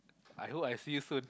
I hope I see you soon